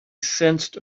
sensed